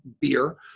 beer